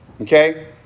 Okay